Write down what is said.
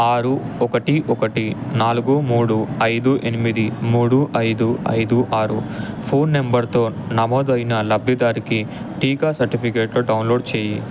ఆరు ఒకటి ఒకటి నాలుగు మూడు ఐదు ఎనిమిది మూడు ఐదు ఐదు ఆరు ఫోన్ నెంబర్తో నమోదు అయిన లబ్ధిదారుకి టీకా సర్టిఫికేట్లు డౌన్లోడ్ చేయి